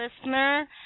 Listener